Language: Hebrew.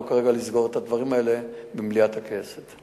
ולא לסגור כרגע את הדברים האלה במליאת הכנסת.